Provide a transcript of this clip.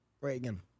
Reagan